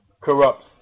corrupts